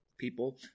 people